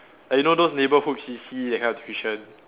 ah you know those neighborhood C_C that kind of tuition